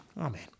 Amen